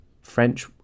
French